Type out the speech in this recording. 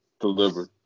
delivered